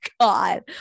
god